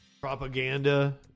propaganda